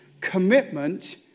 commitment